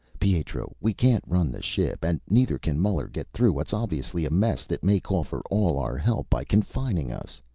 pietro, we can't run the ship and neither can muller get through what's obviously a mess that may call for all our help by confining us.